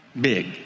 Big